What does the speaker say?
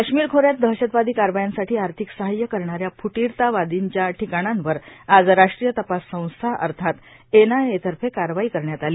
काश्मीर खोऱ्यात दहशतवादी कारवायांसाठी आर्थिक सहाय्य करणाऱ्या फुटीरतावादींच्या टिकाणांवर आज राष्ट्रीय तपास संस्था अर्थात एनआयएतर्फे कारवाई करण्यात आली